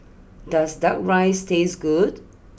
does Duck Rice taste good